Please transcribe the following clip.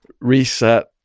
reset